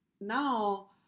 now